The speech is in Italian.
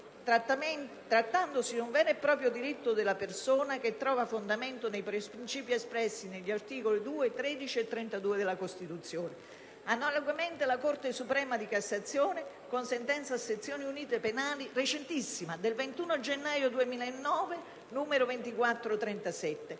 trattandosi di un vero e proprio diritto della persona che trova fondamento nei principi espressi negli articoli 2, 13 e 32 della Costituzione. Analogamente, la Corte suprema di cassazione, con la sentenza, a Sezioni Unite penali, del 21 gennaio 2009, n. 2437,